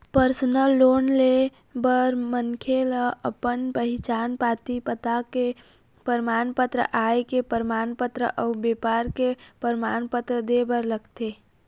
personal loan ले बर मनखे ल अपन पहिचान पाती, पता के परमान पत्र, आय के परमान पत्र अउ बेपार के परमान पत्र दे बर लागथे